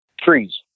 trees